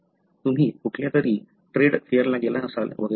तुम्ही कुठल्यातरी ट्रेड फेअरला गेला असाल वगैरे